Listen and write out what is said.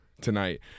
tonight